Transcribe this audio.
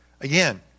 Again